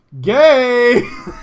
Gay